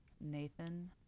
Nathan